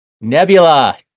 Nebula